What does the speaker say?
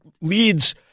leads